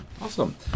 Awesome